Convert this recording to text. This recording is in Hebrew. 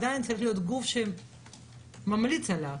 עדיין צריך להיות גוף שממליץ עליו.